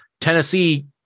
Tennessee